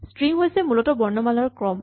string হৈছে মূলতঃ বৰ্ণমালাৰ ক্ৰম